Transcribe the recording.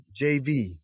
JV